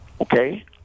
Okay